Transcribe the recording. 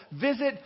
visit